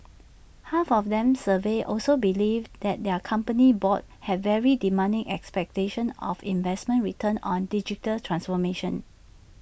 half of them surveyed also believed that their company boards had very demanding expectations of investment returns on digital transformation